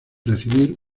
recibir